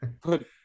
put